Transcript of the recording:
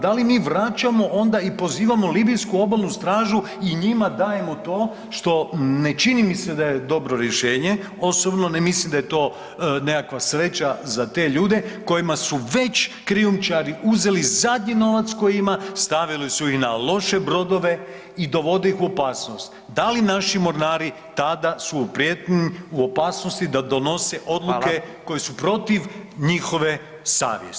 Da li mi vraćamo onda i pozivamo Libijsku obalnu stražu i njima dajemo to, što ne čini mi se da je dobro rješenje, osobno ne mislim da je to nekakva sreća za te ljude kojima su već krijumčari uzeli zadnji novac koji ima, stavili su ih na loše brodove i dovode ih u opasnost, da li naši mornari tada su u prijetnji u opasnosti da donose odluke [[Upadica: Fala]] koje su protiv njihove savjesti?